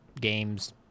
games